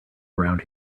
around